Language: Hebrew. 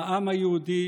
העם היהודי,